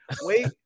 Wait